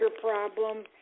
problem